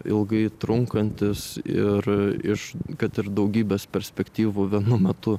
ilgai trunkantys ir iš kad ir daugybės perspektyvų vienu metu